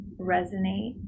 resonate